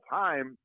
time